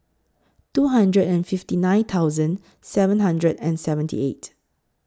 two hundred and fifty nine thousand seven hundred and seventy eight